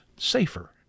safer